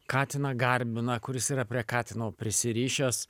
katiną garbina kuris yra prie katino prisirišęs